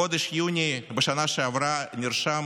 בחודש יוני בשנה שעברה נרשם